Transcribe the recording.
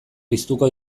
piztuko